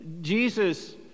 jesus